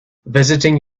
visiting